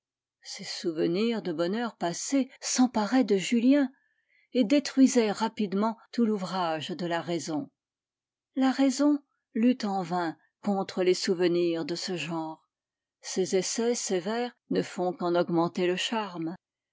ces souvenirs de bonheur passé s'emparaient de julien et détruisaient rapidement tout l'ouvrage de la raison la raison lutte en vain contre les souvenirs de ce genre ses essais sévères ne font qu'en augmenter le charme